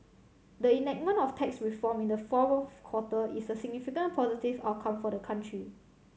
the enactment of tax reform in the fourth quarter is a significant positive outcome for the country